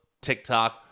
TikTok